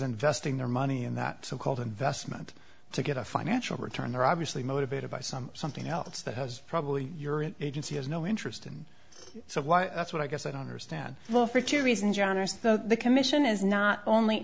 investing their money in that so called investment to get a financial return they're obviously motivated by some something else that has probably you're an agency has no interest in so why ask what i guess i don't understand well for two reasons your honor so the commission is not only